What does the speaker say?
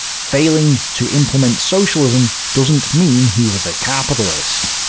failing to implement socialism doesn't mean he was a capitalist.